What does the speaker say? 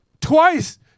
Twice